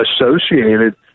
associated